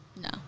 No